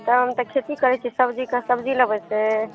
काम तऽ खेती करै छी सबजीके सबजी लेबै से